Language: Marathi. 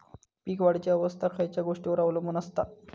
पीक वाढीची अवस्था खयच्या गोष्टींवर अवलंबून असता?